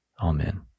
Amen